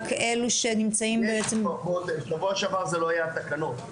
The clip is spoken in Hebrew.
שבוע שעבר זה לא היה התקנות.